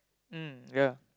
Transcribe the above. mm ya